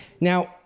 Now